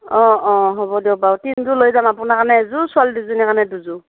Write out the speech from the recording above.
অ অ হ'ব দিয়ক বাৰু তিনিযোৰ লৈ যাম আপোনাৰ কাৰণে এযোৰ ছোৱালী দুজনী কাৰণে দুযোৰ